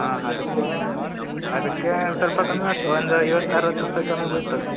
ಹಾಂ ಅದಕ್ಕೆ ಅದಕ್ಕೆ ಸ್ವಲ್ಪ ಕಮ್ಮಿ ಮಾಡಿಸುವ ಒಂದು ಐವತ್ತು ಅರ್ವತ್ತು ರೂಪಾಯಿ ಕಮ್ಮಿ ಬೀಳ್ತವೆ